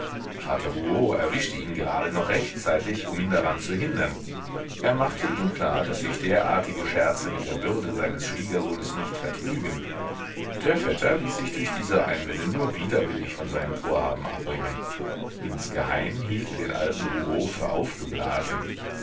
vater rouault erwischte ihn gerade noch rechtzeitig um ihn daran zu hindern er machte ihm klar daß sich derartige scherze mit der würde seines schwiegersohnes nicht vertrügen der vetter ließ sich durch diese einwände nur widerwillig von seinem vorhaben abbringen insgeheim hielt er den alten rouault für aufgeblasen